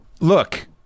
look